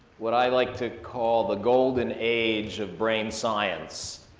what i like to call the golden age of brain science.